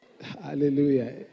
Hallelujah